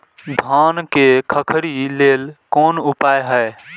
धान में खखरी लेल कोन उपाय हय?